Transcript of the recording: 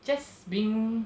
just being